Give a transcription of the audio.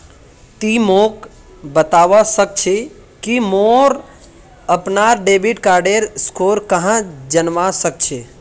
ति मोक बतवा सक छी कि मोर अपनार डेबिट कार्डेर स्कोर कँहे जनवा सक छी